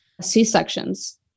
C-sections